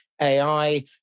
AI